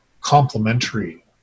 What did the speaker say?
complementary